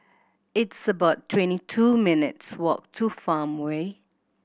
it's about twenty two minutes walk to Farmway